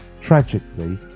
Tragically